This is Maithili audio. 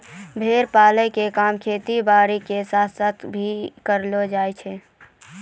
भेड़ पालन के काम खेती बारी के साथ साथ भी करलो जायल सकै छो